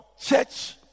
church